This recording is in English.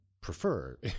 prefer